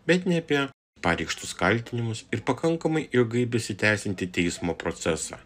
bet ne apie pareikštus kaltinimus ir pakankamai ilgai besitęsiantį teismo procesą